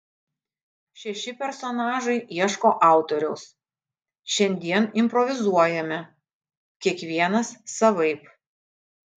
šeši personažai ieško autoriaus šiandien improvizuojame kiekvienas savaip